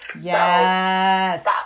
yes